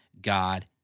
God